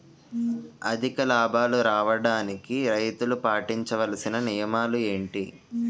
అధిక లాభాలు రావడానికి రైతులు పాటించవలిసిన నియమాలు ఏంటి